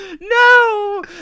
No